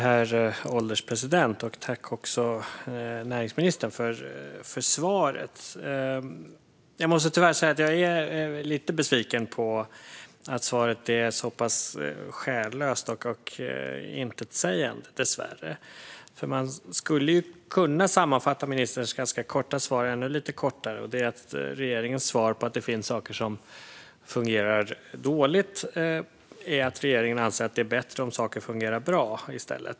Herr ålderspresident! Tack, näringsministern, för svaret! Jag måste tyvärr säga att jag är lite besviken på att svaret dessvärre är så pass själlöst och intetsägande. Man skulle kunna sammanfatta ministerns ganska korta svar ännu lite kortare. Det är att regeringens svar på att det finns saker som fungerar dåligt är att regeringen anser att det är bättre om saker fungerar bra.